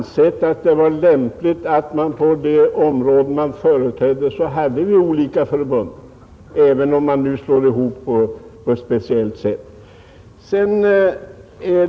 Vi har ansett det vara lämpligt att det på det område vi företrädde fanns olika förbund — även om man i dag ofta slår ihop organisationerna till större enheter.